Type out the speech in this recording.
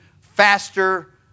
faster